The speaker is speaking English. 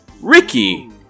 Ricky